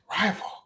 rival